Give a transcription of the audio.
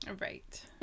Right